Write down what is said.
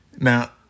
Now